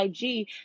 IG